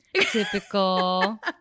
Typical